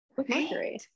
okay